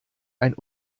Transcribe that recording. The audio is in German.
ein